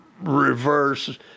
reverse